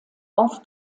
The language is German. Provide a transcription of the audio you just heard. auf